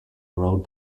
road